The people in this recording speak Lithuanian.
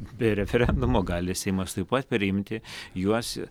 be referendumo gali seimas taip pat priimti juos